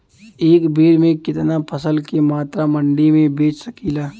एक बेर में कितना फसल के मात्रा मंडी में बेच सकीला?